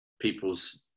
people's